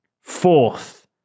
Fourth